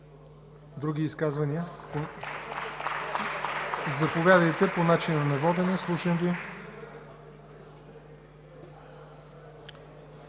Други изказвания? Заповядайте, по начина на водене. Слушам Ви.